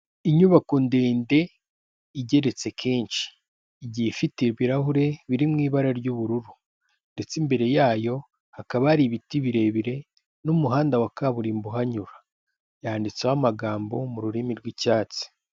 Inyubako ndende igeretse kenshi, igiye ifite ibirahure biri mu ibara ry'ubururu, ndetse imbere yayo hakaba hari ibiti birebire, n'umuhanda wa kaburimbo uhanyura yanditseho amagambo mu rurimi rw'icyatsi.